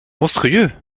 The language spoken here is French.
monstrueux